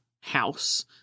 house